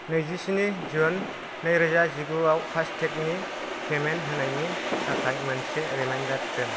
नैजिस्नि जुन नैरोजा जिगुआव फास्टेगनि पेमेन्ट होनायनि थाखाय मोनसे रिमाइन्डार दोन